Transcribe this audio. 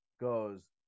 goes